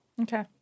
Okay